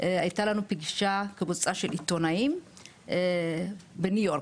הייתה לנו פגישה עם קבוצה של עיתונאים בניו יורק.